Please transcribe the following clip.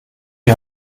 die